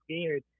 scared